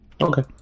Okay